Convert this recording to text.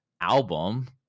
album